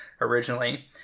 originally